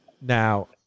Now